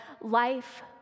life